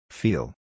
Feel